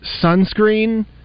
sunscreen